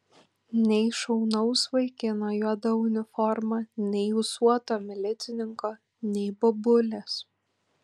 nei šaunaus vaikino juoda uniforma nei ūsuoto milicininko nei bobulės